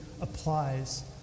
applies